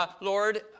Lord